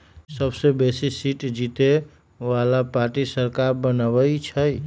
सबसे बेशी सीट जीतय बला पार्टी सरकार बनबइ छइ